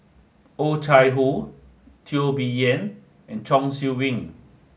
oh Chai Hoo Teo Bee Yen and Chong Siew Ying